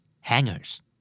hangers